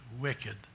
wicked